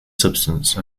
substance